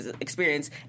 experience